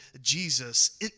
Jesus